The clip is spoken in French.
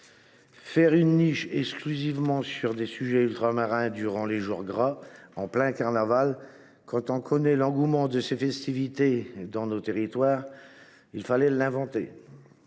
Consacrer une niche exclusivement à des sujets ultramarins durant les jours gras, en plein carnaval, quand on connaît l’engouement pour ces festivités dans nos territoires ! Il fallait y penser…